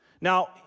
Now